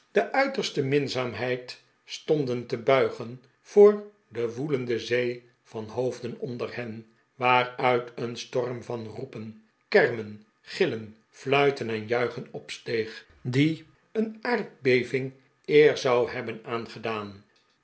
de uiterste minzaamheid stonden te buigen voor de woelende zee van hoof den onder hen waaruit een storm van roepen kermen gillen fluiten en juichen opsteeg die een aardbeving eer zou hebben aangedaan